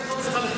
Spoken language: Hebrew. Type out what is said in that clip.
רכבת ישראל,